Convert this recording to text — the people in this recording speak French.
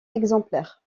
exemplaires